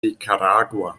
nicaragua